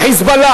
ה"חיזבאללה",